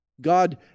God